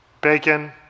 Bacon